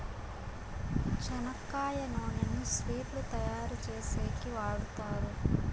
చెనక్కాయ నూనెను స్వీట్లు తయారు చేసేకి వాడుతారు